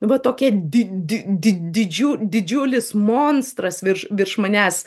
va tokie di di di didžiu didžiulis monstras virš virš manęs